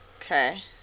Okay